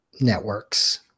networks